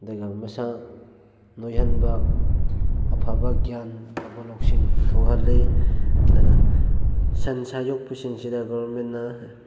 ꯑꯗꯨꯒ ꯃꯁꯥ ꯅꯣꯏꯍꯟꯕ ꯑꯐꯕ ꯒ꯭ꯌꯥꯟ ꯑꯐꯕ ꯂꯧꯁꯤꯡ ꯊꯣꯛꯍꯜꯂꯤ ꯑꯗꯨꯅ ꯁꯟ ꯁꯥ ꯌꯣꯛꯄꯁꯤꯡꯁꯤꯗ ꯒꯣꯕꯔꯃꯦꯟꯅ